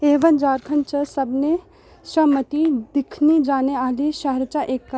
ऐवन झारखंड च सभनें शा मती दिक्खने जाने आह्ली शैहर चा इक ऐ